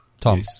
Tom